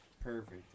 Perfect